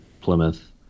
Plymouth